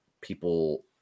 people